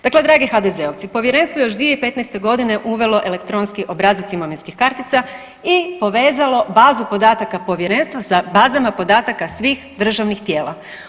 Dakle, dragi HDZ-ovci povjerenstvo je još 2015. godine uvelo elektronski obrazac imovinskih kartica i povezalo bazu podataka povjerenstva sa bazama podataka svih državnih tijela.